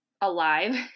alive